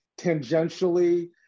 tangentially